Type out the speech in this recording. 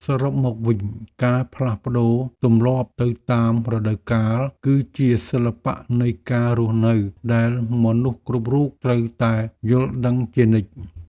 សរុបមកវិញ ការផ្លាស់ប្តូរទម្លាប់ទៅតាមរដូវកាល គឺជាសិល្បៈនៃការរស់នៅដែលមនុស្សគ្រប់រូបត្រូវតែយល់ដឹងជានិច្ច។